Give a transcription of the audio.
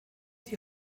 die